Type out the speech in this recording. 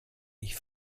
ich